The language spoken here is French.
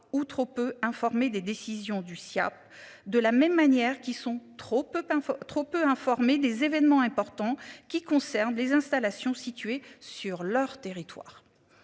ou trop peu informés des décisions du sien. De la même manière qu'ils sont trop peu, trop peu informés des événements importants qui concernent les installations situées sur leur territoire.